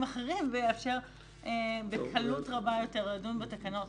אחרים ויאפשר בקלות רבה יותר לדון בתקנות.